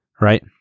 right